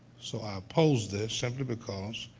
so, i oppose this, simply because,